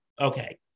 okay